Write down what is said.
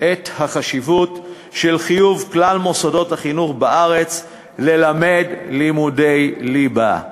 את החשיבות של חיוב כלל מוסדות החינוך בארץ ללמד לימודי ליבה,